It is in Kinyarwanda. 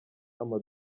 ama